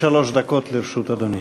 עד שלוש דקות לרשות אדוני.